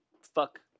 fuck